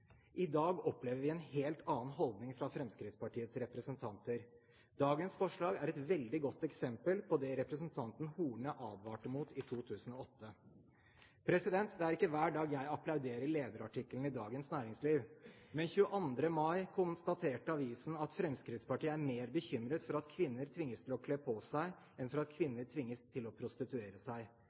I dag opplever vi en helt annen holdning fra Fremskrittspartiets representanter. Dagens forslag er et veldig godt eksempel på det representanten Horne advarte mot i 2008. Det er ikke hver dag jeg applauderer lederartikkelen i Dagens Næringsliv, men 22. mai konstaterte avisen at Fremskrittspartiet er mer bekymret for at kvinner tvinges til å kle på seg, enn for at kvinner tvinges til å prostituere seg.